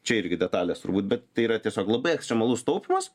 čia irgi detalės turbūt bet tai yra tiesiog labai ekstremalus taupymas